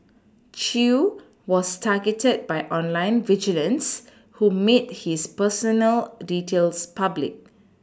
Chew was targeted by online vigilantes who made his personal details public